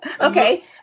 Okay